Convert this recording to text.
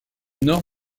nord